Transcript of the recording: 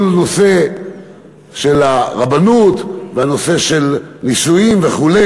הנושא של הרבנות והנושא של נישואין וכו',